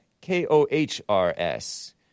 K-O-H-R-S